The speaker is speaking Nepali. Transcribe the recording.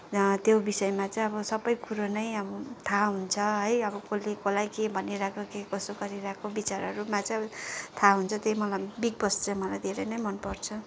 त्यो विषयमा चाहिँ अब सबै कुरो नै अब थाहा हुन्छ है अब कसले कसलाई के भनिरहेको के कसो गरिरहेको विचारहरूमा चाहिँ थाहा हुन्छ त्यही मलाई बिग बोस चाहिँ मलाई धेरै नै मनपर्छ